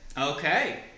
Okay